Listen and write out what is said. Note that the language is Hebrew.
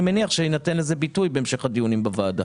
מניח שיינתן לזה ביטוי בהמשך הדיונים בוועדה.